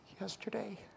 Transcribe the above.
yesterday